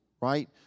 right